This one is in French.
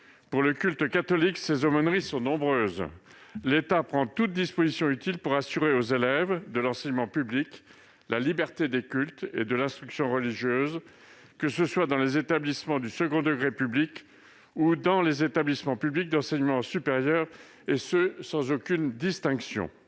code de l'éducation selon lequel « l'État prend toutes dispositions utiles pour assurer aux élèves de l'enseignement public la liberté des cultes et de l'instruction religieuse », que ce soit dans les établissements du second degré public ou dans les établissements publics d'enseignement supérieur, sans distinction.